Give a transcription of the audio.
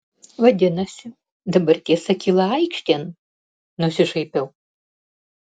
vadinasi dabar tiesa kyla aikštėn nusišaipiau